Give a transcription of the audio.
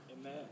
Amen